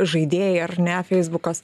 žaidėjai ar ne feisbukas